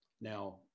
Now